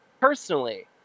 personally